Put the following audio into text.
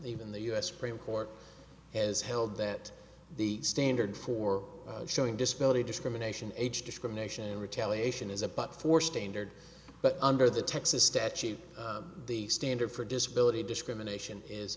even the us supreme court has held that the standard for showing disability discrimination age discrimination and retaliation is about four standard but under the texas statute the standard for disability discrimination is